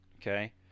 okay